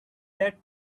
that